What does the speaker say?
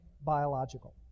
biological